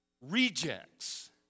rejects